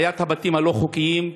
בעיית הבתים הלא-חוקיים.